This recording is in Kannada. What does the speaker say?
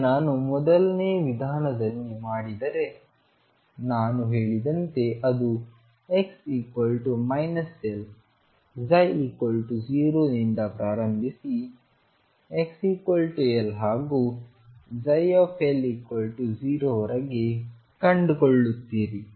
ಈಗ ನಾನು ಮೊದಲನೇ ವಿಧಾನದಲ್ಲಿ ಮಾಡಿದರೆ ನಾನು ಹೇಳಿದಂತೆ ಅದು x−L ψ0 ಇಂದ ಪ್ರಾರಂಭಿಸಿ xL ಹಾಗೂψ0 ವರೆಗೆ ಕಂಡುಕೊಳ್ಳುತ್ತೀರಿ